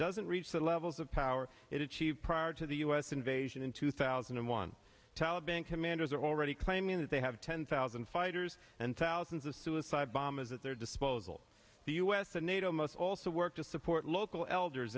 doesn't reach the levels of power it achieved prior to the us invasion in two thousand and one taliban commanders are already claiming that they have ten thousand fighters and thousands of suicide bombers at their disposal the us and nato must also work to support local elders